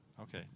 Okay